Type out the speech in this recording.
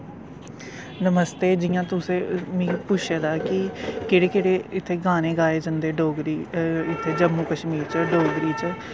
नमस्ते जियां तुसें मिगी पुच्छे दा ऐ कि केह्ड़े केह्ड़े इत्थें गाने गाए जंदे डोगरी इत्थें जम्मू कश्मीर च डोगरी च